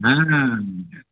ಹಾಂ ಹಾಂ